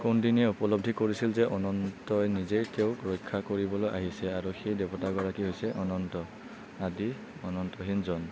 কৌন্দিনীয়ে উপলব্ধি কৰিছিল যে অনন্তই নিজেই তেওঁক ৰক্ষা কৰিবলৈ আহিছে আৰু সেই দেৱতাগৰাকী হৈছে অনন্ত আদি অন্তহীনজন